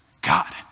God